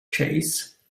chase